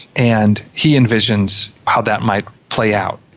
and he envisions how that might play out.